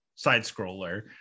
side-scroller